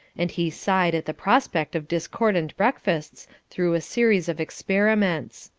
and he sighed at the prospect of discordant breakfasts through a series of experiments.